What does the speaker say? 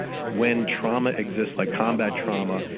when trauma exists, like combat trauma,